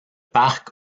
parc